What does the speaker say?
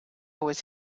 was